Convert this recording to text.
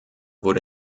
wurde